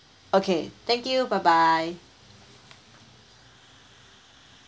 okay thank you bye bye